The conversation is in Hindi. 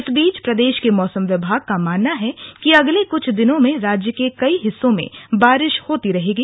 इस बीच प्रदेश के मौसम विभाग का मानना है कि अगले कुछ दिनों में राज्य के कई हिस्सों में बारिश होती रहेगी